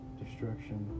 destruction